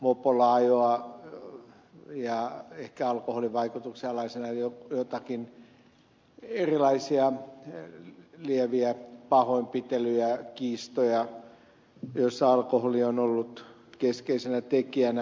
mopolla ajoa ehkä alkoholin vaikutuksen alaisena erilaisia lieviä pahoinpitelyjä kiistoja joissa alkoholi on ollut keskeisenä tekijänä